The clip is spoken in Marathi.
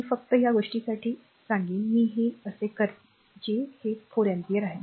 मी फक्त या गोष्टीसाठी करीन मी हे असे करीन जे हे 4 अँपिअर आहे